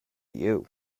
you